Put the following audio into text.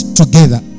together